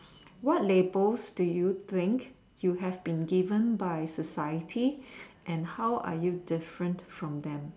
what labels do you think you have been given by society and how are you different from them